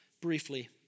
briefly